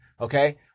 okay